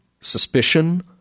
suspicion